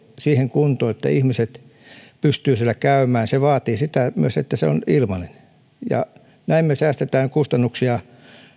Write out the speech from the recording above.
siihen kuntoon että ihmiset pystyvät siellä käymään se vaatii myös sitä että se on ilmainen näin me säästämme kustannuksia